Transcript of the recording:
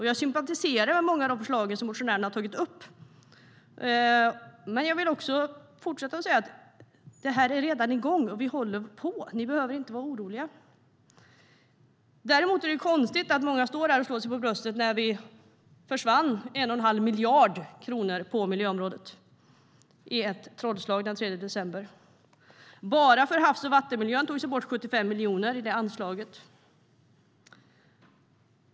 Jag sympatiserar med många av de förslag motionärerna har tagit upp, men jag vill säga att det redan är igång. Vi håller på! Ni behöver inte vara oroliga. Däremot är det konstigt att många står här och slår sig för bröstet när det den 3 december, som genom ett trollslag, försvann 1 1⁄2 miljard kronor på miljöområdet. Bara i anslaget till havs och vattenmiljön togs det bort 75 miljoner.